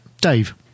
Dave